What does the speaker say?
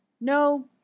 No